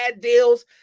deals